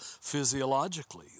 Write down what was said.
physiologically